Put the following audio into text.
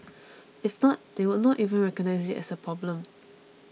if not they would not even recognise it as a problem